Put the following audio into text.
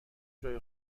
جای